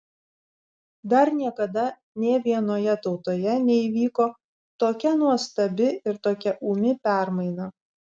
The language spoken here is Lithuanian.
dar niekada nė vienoje tautoje neįvyko tokia nuostabi ir tokia ūmi permaina